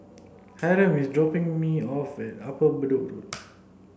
Hiram is dropping me off at Upper Bedok Road